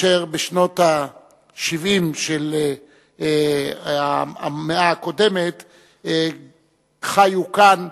אשר בשנות ה-70 של המאה הקודמת חיו כאן